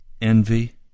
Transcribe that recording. envy